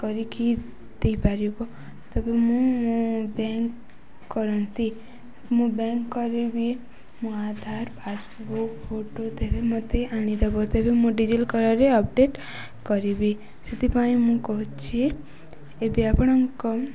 କରିକି ଦେଇପାରିବ ତେବେ ମୁଁ ମୋ ବ୍ୟାଙ୍କ କରନ୍ତି ମୁଁ ବ୍ୟାଙ୍କ କରିବି ମୋ ଆଧାର ପାସ୍ବୁକ୍ ଫଟୋ ତେବେ ମୋତେ ଆଣିଦେବ ତେବେ ମୁଁ ରେ ଅପଡ଼େଟ୍ କରିବି ସେଥିପାଇଁ ମୁଁ କହୁଛି ଏବେ ଆପଣଙ୍କ